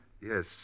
Yes